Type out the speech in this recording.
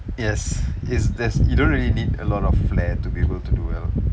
yes is there's you don't really need a lot of flair to be able to do well